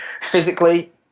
Physically